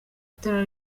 itara